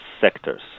sectors